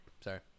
Sorry